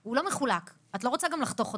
הוא לא מחולק ואת לא רוצה גם לחתוך אותו.